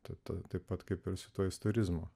tad taip pat kaip ir su tuo istorizmu